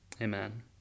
amen